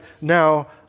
now